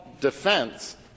defense